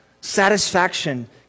satisfaction